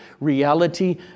reality